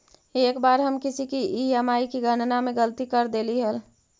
एक बार हम किसी की ई.एम.आई की गणना में गलती कर देली हल